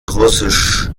russisch